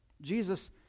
Jesus